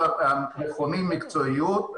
אם המכונים יוכיחו מקצועיות,